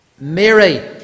Mary